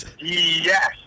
Yes